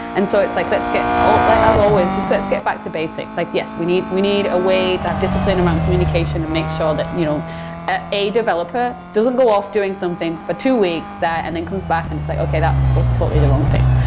and so it's like, let's get ah like as always, just let's get back to basics. like yes, we need we need a way to have a discipline around communication to make sure that you know ah a developer doesn't go off doing something for two weeks and then comes back and it's like, okay. that was totally the wrong thing.